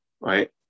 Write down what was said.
right